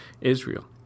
Israel